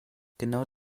genau